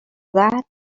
that